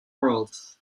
world